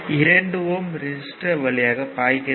2 ohm resistor வழியாக பாய்கிறது